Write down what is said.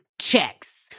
checks